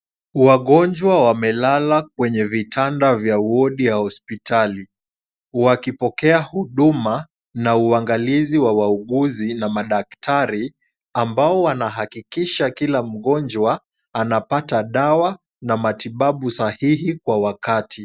Wagonjwa wamelala kwenye vitanda vya wodi ya hospitali wakipokea huduma na uangalizi wa wauguzi na madaktari ambao wanahakikisha kila mgonjwa anapata dawa na matibabu sahihi kwa wakati.